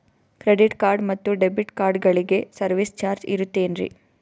Credit card ಮತ್ತು debit ಕಾರ್ಡಗಳಿಗೆ service charge ಇರುತೇನ್ರಿ?